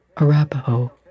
Arapaho